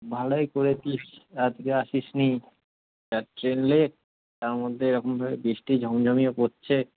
ভালোই করেছিস আজকে আসিস নি যা ট্রেন লেট তার মধ্যে এরকমভাবে বৃষ্টি ঝমঝমিয়ে পড়ছে